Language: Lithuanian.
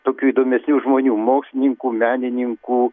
tokių įdomesnių žmonių mokslininkų menininkų